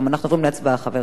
אנחנו עוברים להצבעה, חברים.